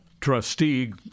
trustee